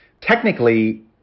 technically